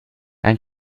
ein